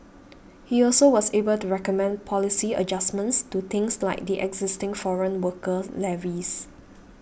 he also was able to recommend policy adjustments to things like the existing foreign worker levies